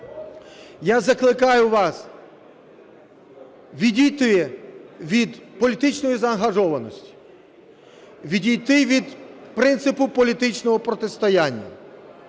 Я закликаю вас відійти від політичної заангажованості, відійти від принципу політичного протистояння,